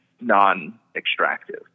non-extractive